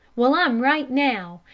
well, i'm right now.